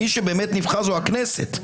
מי שבאמת נבחר זאת הכנסת.